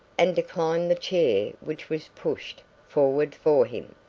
and declined the chair which was pushed forward for him.